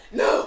no